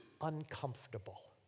uncomfortable